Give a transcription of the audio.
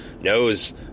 knows